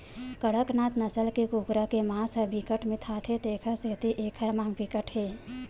कड़कनाथ नसल के कुकरा के मांस ह बिकट मिठाथे तेखर सेती एखर मांग बिकट हे